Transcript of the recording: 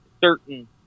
certain